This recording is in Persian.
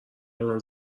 الان